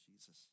Jesus